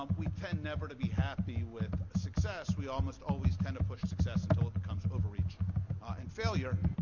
um we tend never to be happy with success. we almost always tend to push success until it becomes overreach and failure.